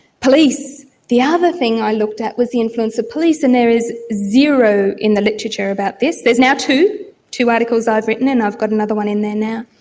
police. the other thing i looked at was the influence of police, and there is zero in the literature about this. there are now two two articles i've written, and i've got another one in there now.